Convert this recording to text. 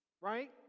right